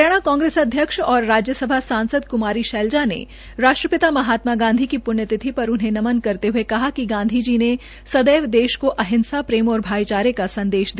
हरियाणा कांग्रेस अध्यक्ष और राज्यसभा सांसद कुमाली शैलजा ने राष्ट्रपिता महात्मा गांधी के प्रण्यतिथि पर उन्हें नमन करते हये कहा कि गांधी जी ने सदैव देश को अहिंसा प्रेम और भाईचारे का संदेश दिया